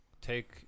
take